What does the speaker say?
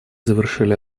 завершили